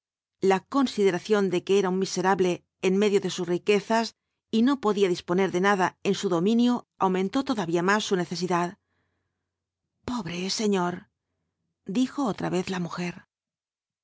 la consideración de que era un miserable en medio de sus riquezas y no podía disponer de nada en su dominio aumentó todavía más su necesidad pobre señor dijo otra vez la mujer